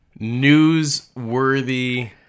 newsworthy